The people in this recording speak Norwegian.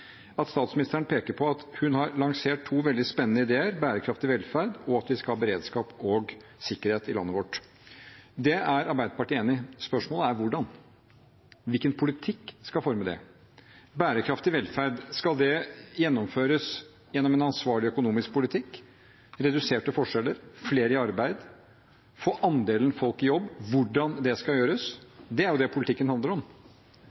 at hun har lansert to veldig spennende ideer – bærekraftig velferd og at vi skal ha beredskap og sikkerhet i landet vårt. Det er Arbeiderpartiet enig i. Spørsmålet er hvordan. Hvilken politikk skal forme det? Bærekraftig velferd – skal det gjennomføres gjennom en ansvarlig økonomisk politikk, reduserte forskjeller, flere i arbeid, å få opp andelen folk i jobb? Hvordan det skal gjøres, er jo hva politikken handler om.